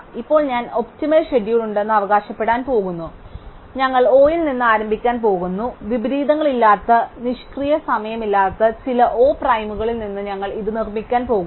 ഇപ്പോൾ ഞാൻ optimal schedule ഉണ്ടെന്ന് അവകാശപ്പെടാൻ പോകുന്നു ഞങ്ങൾ O യിൽ നിന്ന് ആരംഭിക്കാൻ പോകുന്നു വിപരീതങ്ങളില്ലാത്ത നിഷ്ക്രിയ സമയമില്ലാത്ത ചില O പ്രൈമുകളിൽ നിന്ന് ഞങ്ങൾ ഇത് നിർമ്മിക്കാൻ പോകുന്നു